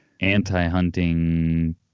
anti-hunting